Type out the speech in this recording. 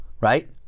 Right